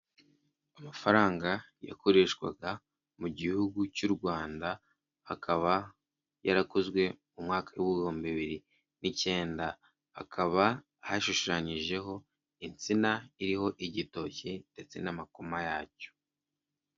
Amafaranga yakoreshwaga mu gihugu cy'u Rwanda akaba yarakozwe mu mwaka w'ibihumbi bibiri n'icyenda hakaba hashushanyijeho insina iriho igitoki ndetse n'amakoma yacyo.